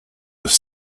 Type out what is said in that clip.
was